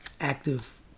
active